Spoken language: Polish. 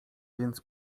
więc